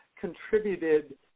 contributed